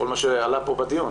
כל מה שעלה פה בדיון?